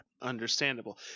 Understandable